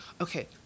okay